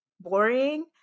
boring